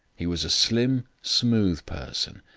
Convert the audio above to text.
he was a slim, smooth person,